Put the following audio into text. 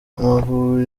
amavubi